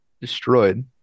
destroyed